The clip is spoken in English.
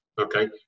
okay